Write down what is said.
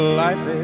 life